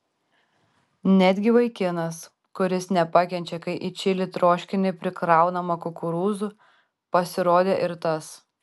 netgi vaikinas kuris nepakenčia kai į čili troškinį prikraunama kukurūzų pasirodė ir tas